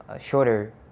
shorter